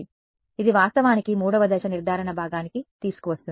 కాబట్టి ఇది వాస్తవానికి 3వ దశ నిర్ధారణ భాగానికి తీసుకువస్తుంది